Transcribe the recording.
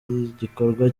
nk’igikorwa